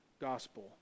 gospel